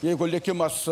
jeigu likimas